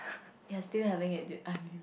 you're still having it dude ain't you